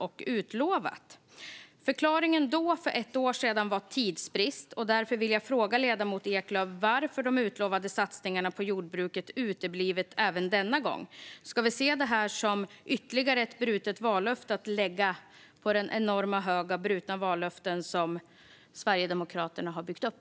Då var förklaringen tidsbrist, så nu frågar jag ledamoten Eklöf varför de utlovade satsningarna uteblivit även denna gång. Ska vi se det som ytterligare ett brutet vallöfte att lägga på den enorma hög av brutna vallöften som Sverigedemokraterna har byggt upp?